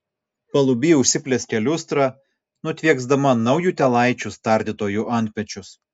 paluby užsiplieskia liustra nutvieksdama naujutėlaičius tardytojų antpečius